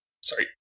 Sorry